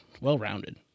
well-rounded